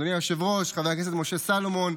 אדוני היושב-ראש חבר הכנסת משה סולומון,